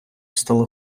стало